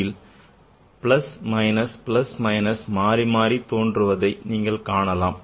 இதில் plus minus plus minus மாறி மாறி தோன்றுவதைக் காணலாம்